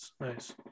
nice